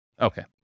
Okay